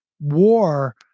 war